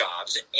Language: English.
jobs